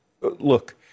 look